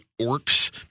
orcs